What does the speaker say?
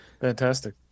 fantastic